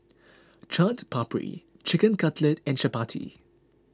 Chaat Papri Chicken Cutlet and Chapati